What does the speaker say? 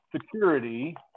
security